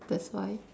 that's why